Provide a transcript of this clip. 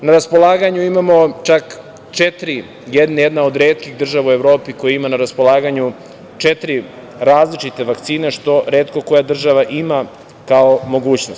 Na raspolaganju imamo čak četiri, jedna od retkih država u Evropi koji ima na raspolaganju četiri različite vakcine što retko koja država ima kao mogućnost.